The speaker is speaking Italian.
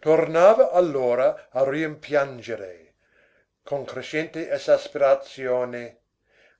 tornava allora a rimpiangere con crescente esasperazione